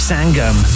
Sangam